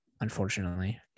unfortunately